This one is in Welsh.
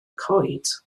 coed